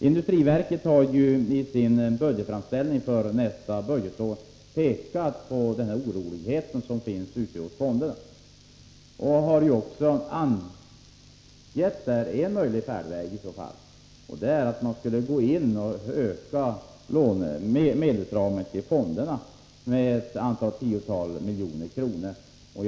Industriverket har i sin budgetframställning för nästa budgetår pekat på den oro som finns ute hos fonderna och har också angett en möjlig färdväg: att gå in och öka medelsramen till fonderna med ett antal tiotal miljoner kronor.